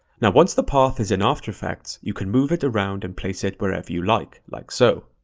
now once the path is in after effects, you can move it around and place it wherever you like, like so.